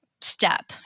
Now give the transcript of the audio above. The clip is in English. step